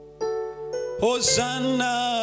Hosanna